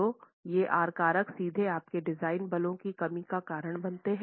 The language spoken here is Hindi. तो ये आर कारक सीधे आपके डिजाइन बलों की कमी का कारण बनते हैं